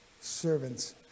servants